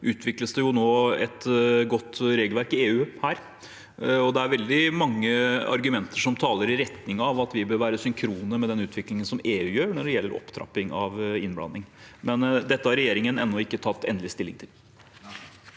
utvikles det nå et godt regelverk i EU. Det er veldig mange argumenter som taler i retning av at vi bør være synkrone med den utviklingen som EU har når det gjelder opptrapping av innblanding, men dette har regjeringen ennå ikke tatt endelig stilling til.